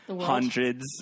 hundreds